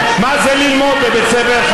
בסדר,